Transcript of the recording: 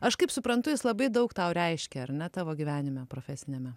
aš kaip suprantu jis labai daug tau reiškia ar ne tavo gyvenime profesiniame